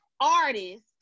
artist